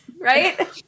right